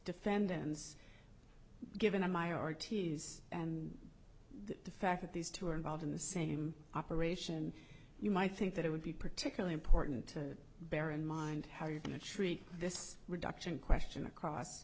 defendants given in my ortiz and the fact that these two were involved in the same operation you might think that it would be particularly important to bear in mind how you're going to treat this reduction question across